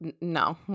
No